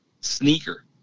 sneaker